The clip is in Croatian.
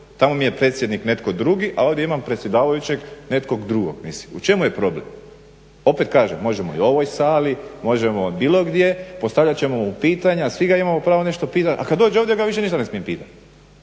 tamo mi je predsjednik netko drugi, a ovdje imam p predsjedavajućeg nekog drugog. Mislim u čemu je problem? Opet kažem možemo i u ovoj sali, možemo bilo gdje, postavljat ćemo mu pitanja, svi ga imamo pravo nešto pitat, a kad dođe ovdje ja ga više ništa ne smijem pitat.